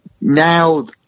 Now